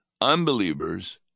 Unbelievers